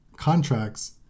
contracts